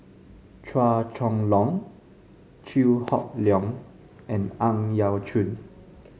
Chua Chong Long Chew Hock Leong and Ang Yau Choon